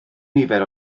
nifer